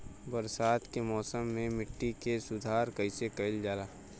बरसात के मौसम में मिट्टी के सुधार कइसे कइल जाई?